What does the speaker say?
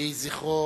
יהי זכרו